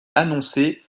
annoncés